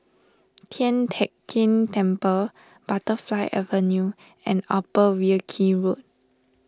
Tian Teck Keng Temple Butterfly Avenue and Upper Wilkie Road